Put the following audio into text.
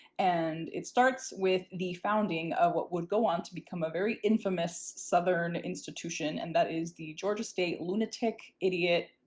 and it starts starts with the founding of what would go on to become a very infamous southern institution, and that is the georgia state lunatic idiot,